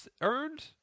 Earned